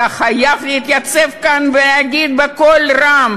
אתה חייב להתייצב כאן ולהגיד בקול רם: